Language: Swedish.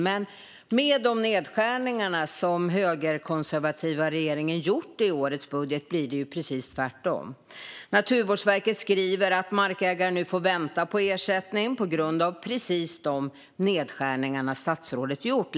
Men med de nedskärningar som den högerkonservativa regeringen har gjort i årets budget blir det precis tvärtom. Naturvårdsverket skriver att markägare nu får vänta på ersättning på grund av just de nedskärningar som statsrådet har gjort.